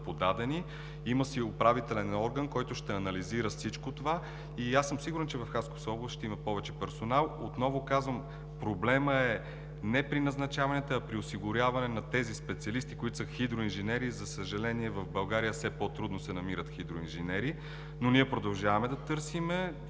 подадени. Има си управителен орган, който ще анализира всичко това и, аз съм сигурен, че в Хасковска област ще има повече персонал. Отново казвам, проблемът е не при назначаванията, а при осигуряване на тези специалисти, които са хидроинженери. За съжаление, в България все по-трудно се намират хидроинженери, но ние продължаваме да търсим,